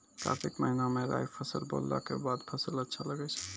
कार्तिक महीना मे राई फसल बोलऽ के बाद फसल अच्छा लगे छै